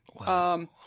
Wow